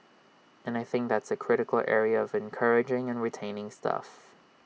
and I think that's A critical area of encouraging and retaining staff